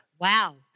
Wow